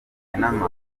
n’amahanga